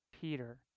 Peter